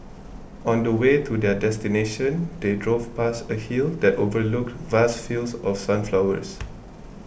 on the way to their destination they drove past a hill that overlooked vast fields of sunflowers